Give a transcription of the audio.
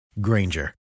Granger